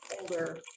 older